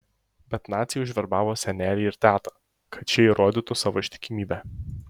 bet naciai užverbavo senelį ir tetą kad šie įrodytų savo ištikimybę